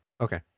okay